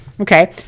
Okay